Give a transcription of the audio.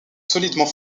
solidement